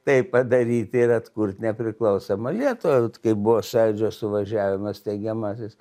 tai padaryti ir atkurt nepriklausomą lietuvą kai buvo sąjūdžio suvažiavimas steigiamasis